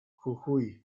jujuy